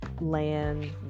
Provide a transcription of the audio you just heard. land